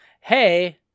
hey